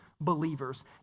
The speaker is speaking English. believers